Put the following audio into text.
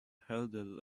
hurdle